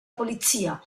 polizia